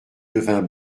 devint